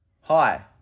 Hi